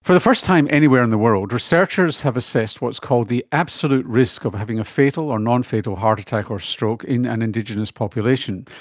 for the first time anywhere in the world researchers have assessed what's called the absolute risk of having a fatal or non-fatal heart attack or stroke in an indigenous population.